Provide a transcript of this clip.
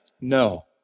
No